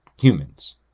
humans